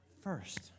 first